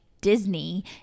Disney